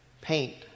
paint